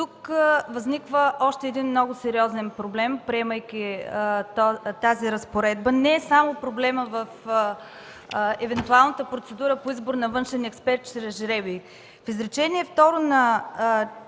Тук възниква още един много сериозен проблем, приемайки тази разпоредба. Проблемът не е само в евентуалната процедура по избор на външен експерт чрез жребий.